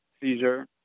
seizure